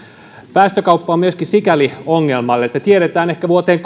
päästökauppa on myöskin sikäli ongelmallinen että me tiedämme ehkä vuoteen